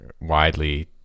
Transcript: widely